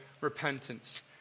repentance